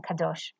kadosh